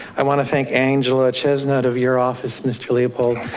i wanna thank angela chestnut of your office, mr. leopold,